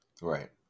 right